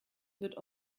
wird